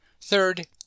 Third